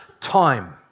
time